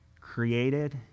created